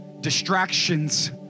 distractions